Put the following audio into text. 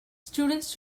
students